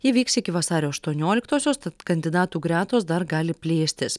ji vyks iki vasario aštuonioliktosios tad kandidatų gretos dar gali plėstis